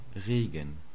Regen